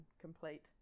complete